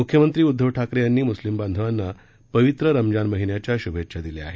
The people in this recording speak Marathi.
मुख्यमंत्री उद्धव ठाकरे यांनी मुस्लिम बांधवांना पवित्र रमजान महिन्याच्या शूभेच्छा दिल्या आहेत